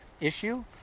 issue